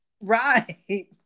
Right